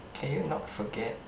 can you not forget